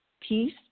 peace